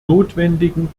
notwendigen